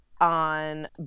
on